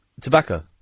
Tobacco